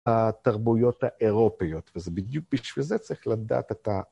התרבויות האירופיות וזה בדיוק בשביל זה צריך לדעת את ה...